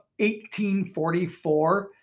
1844